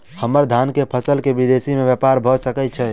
हम्मर धान केँ फसल केँ विदेश मे ब्यपार भऽ सकै छै?